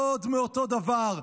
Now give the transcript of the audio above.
עוד מאותו דבר.